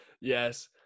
Yes